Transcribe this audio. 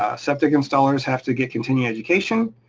ah septic installers have to get continuing education,